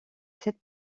sept